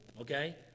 okay